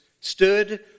stood